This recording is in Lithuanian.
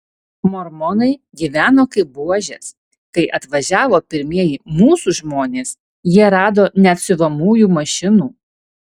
mormonai gyveno kaip buožės kai atvažiavo pirmieji mūsų žmonės jie rado net siuvamųjų mašinų